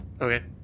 Okay